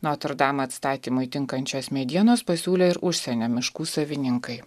notr dam atstatymui tinkančios medienos pasiūlė ir užsienio miškų savininkai